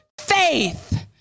faith